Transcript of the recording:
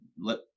let